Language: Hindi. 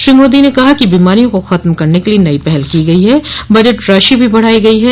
श्री मोदी ने कहा कि बीमारियों को खत्म करने के लिये नई पहल की गयी है बजट राशि भी बढ़ाई गयी है